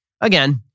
Again